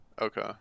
okay